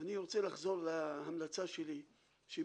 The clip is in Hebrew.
אני רוצה לחזור להמלצה שלי שמישהו,